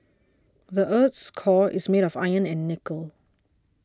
the earth's core is made of iron and nickel